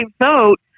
vote